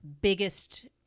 biggest